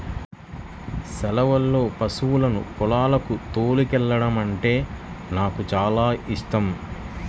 సెలవుల్లో పశువులను పొలాలకు తోలుకెల్లడమంటే నాకు చానా యిష్టం